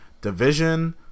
Division